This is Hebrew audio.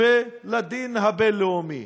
ולדין הבין-לאומי.